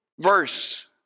verse